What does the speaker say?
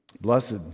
Blessed